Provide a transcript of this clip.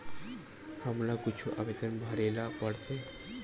हमला कुछु आवेदन भरेला पढ़थे?